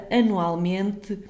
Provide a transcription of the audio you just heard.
anualmente